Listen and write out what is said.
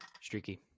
Streaky